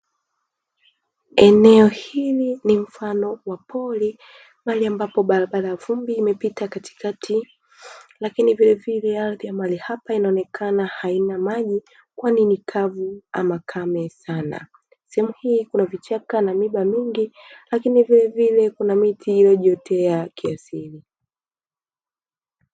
Eneo hili ni mfano wa pori mahali ambapo barabara ya vumbi imepita kati kati lakini vile vile ardhi ya mahali hapa inaonekana haina maji kwani ni kavu ama kame sana, sehemu hii kuna vichaka na miba mingi lakini vile vile kuna miti iliyojiotea kiasili.